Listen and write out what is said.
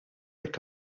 jekk